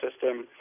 system